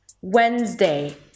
Wednesday